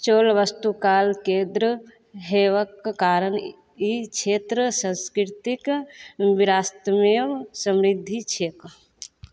चोल वस्तुकाल केद्र होयबाक कारण ई क्षेत्र संस्कृतिक विरासतमे समृद्धि छैक